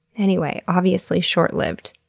anyway, obviously, short-lived.